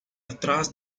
atrás